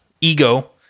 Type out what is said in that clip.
ego